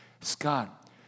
Scott